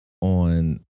on